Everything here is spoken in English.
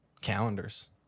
Calendars